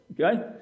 okay